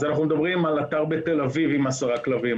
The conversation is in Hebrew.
אז אנחנו מדברים על אתר בתל אביב עם 10 כלבים,